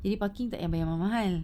jadi parking tak payah bayar mahal-mahal